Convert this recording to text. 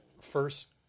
first